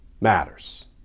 matters